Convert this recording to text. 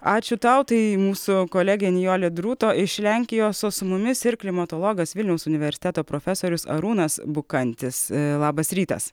ačiū tau tai mūsų kolegė nijolė drūto iš lenkijos o su mumis ir klimatologas vilniaus universiteto profesorius arūnas bukantis labas rytas